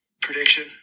prediction